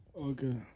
Okay